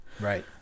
Right